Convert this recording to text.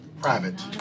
private